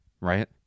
right